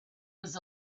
was